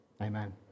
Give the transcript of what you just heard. Amen